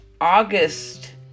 August